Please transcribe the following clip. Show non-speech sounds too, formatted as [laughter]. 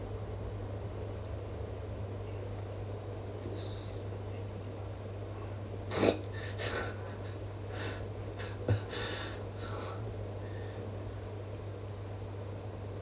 [laughs]